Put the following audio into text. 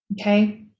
Okay